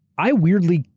i, weirdly,